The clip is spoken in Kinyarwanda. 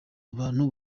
abantu